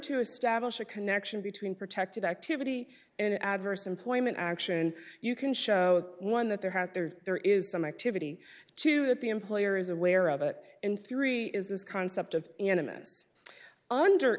to establish a connection between protected activity and adverse employment action you can show one that there have there there is some activity to that the employer is aware of it in three is this concept of animists under